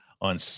on